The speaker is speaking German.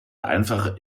einfach